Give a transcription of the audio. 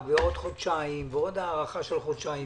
ועוד הארכה של חודשיים.